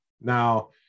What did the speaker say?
Now